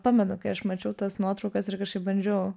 pamenu kai aš mačiau tas nuotraukas ir kažkaip bandžiau